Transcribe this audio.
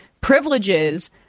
privileges